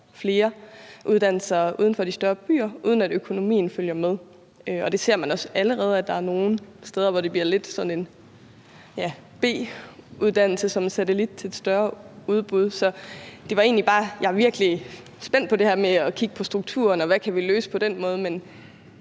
flere uddannelser uden for de større byer, uden at økonomien følger med. Det ser man også allerede, altså at der er nogle steder, hvor det bliver lidt sådan en b-uddannelse som en satellit til et større udbud. Det var egentlig bare for at sige, at jeg er virkelig spændt på det her med at kigge på strukturen og se, hvad vi kan løse på den måde, men